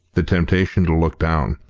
the temptation to look down,